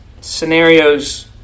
scenarios